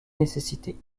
nécessité